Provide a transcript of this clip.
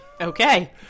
Okay